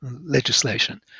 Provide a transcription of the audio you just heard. legislation